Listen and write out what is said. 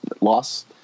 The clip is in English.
loss